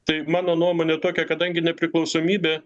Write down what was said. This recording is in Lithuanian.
tai mano nuomone tokia kadangi nepriklausomybė